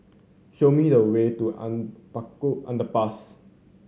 show me the way to Anak Bukit Underpass